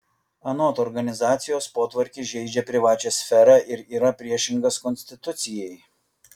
anot organizacijos potvarkis žeidžia privačią sferą ir yra priešingas konstitucijai